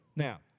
Now